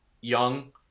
Young